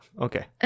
Okay